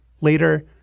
Later